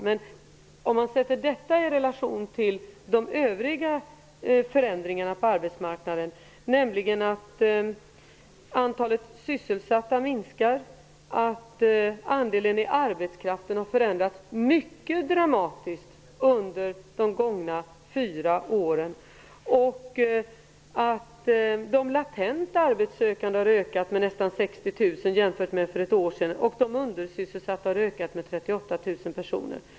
Men man skall sätta detta i relation till de övriga förändringarna på arbetsmarknaden, nämligen att antalet sysselsatta minskar, att andelen i arbetskraften har förändrats mycket dramatiskt under de gångna fyra åren, att de latent arbetssökande har ökat med nästan 60 000 jämfört med för ett år sedan och att de undersysselsatta har ökat med 38 000 personer.